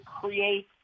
create